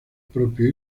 propio